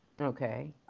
okay